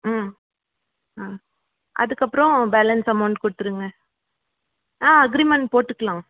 ம் ஆ அதுக்கப்புறம் பேலன்ஸ் அமௌண்ட் கொடுத்துருங்க ஆ அக்ரீமெண்ட் போட்டுக்கலாம்